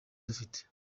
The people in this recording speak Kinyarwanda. dufite